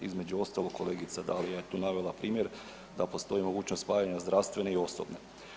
Između ostalog kolegica Dalija je navela tu primjer, da postoji mogućnost spajanja zdravstvene i osobne.